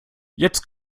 jetzt